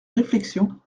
réflexion